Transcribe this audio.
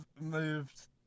moved